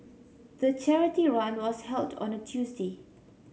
the charity run was held on a Tuesday